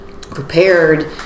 prepared